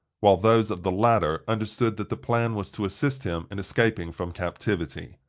while those of the latter understood that the plan was to assist him in escaping from captivity.